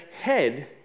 head